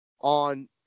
on